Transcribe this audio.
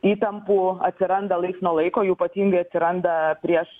įtampų atsiranda laiks nuo laiko jų ypatingai atsiranda prieš